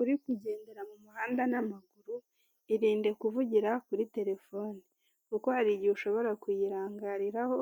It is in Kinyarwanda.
Uri kugendera mu muhanda n'amaguru irinde kuvugira kuri telefoni, kuko hari igihe ushobora kuyirangaraho